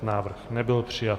Návrh nebyl přijat.